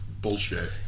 bullshit